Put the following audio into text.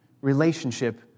relationship